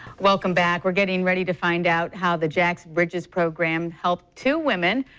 welcome back. we're getting ready to find out how the jacksonville bridges program helped two women.